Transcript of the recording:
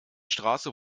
straße